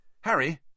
Harry